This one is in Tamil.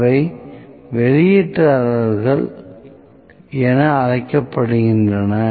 அவை வெளியீட்டாளர்கள் என அழைக்கப்படுகின்றன